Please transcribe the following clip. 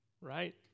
right